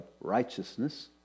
righteousness